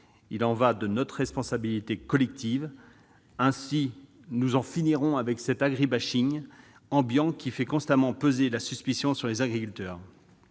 il y va de notre responsabilité collective. Ainsi, nous en finirons avec l'agri-bashing ambiant, qui fait constamment peser la suspicion sur les agriculteurs.